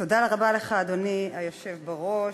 אדוני היושב בראש,